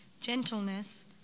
gentleness